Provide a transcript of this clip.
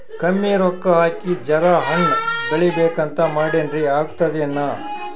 ಕಮ್ಮಿ ರೊಕ್ಕ ಹಾಕಿ ಜರಾ ಹಣ್ ಬೆಳಿಬೇಕಂತ ಮಾಡಿನ್ರಿ, ಆಗ್ತದೇನ?